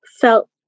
felt